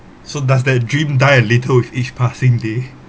so does that dream die a little with each passing day